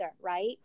right